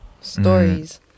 stories